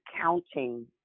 counting